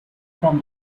from